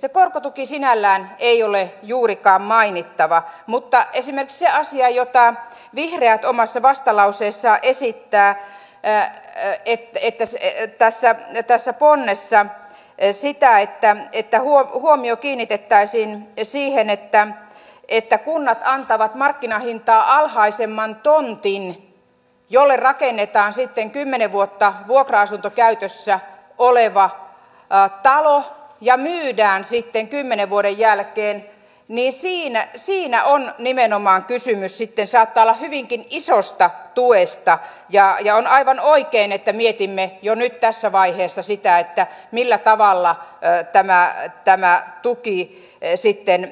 se korkotuki sinällään ei ole juurikaan mainittava mutta esimerkiksi se asia jota vihreät omassa vastalauseessaan esittää enää ei peitä se ei pääse niitä sepon tässä ponnessa esittävät että huomio kiinnitettäisiin siihen että kunnat antavat markkinahintaa alhaisemman tontin jolle rakennetaan sitten kymmenen vuotta vuokra asuntokäytössä oleva talo ja myydään sitten kymmenen vuoden jälkeen niin siinä nimenomaan kysymys sitten saattaa olla hyvinkin isosta tuesta ja on aivan oikein että mietimme jo nyt tässä vaiheessa sitä millä tavalla tämä tuki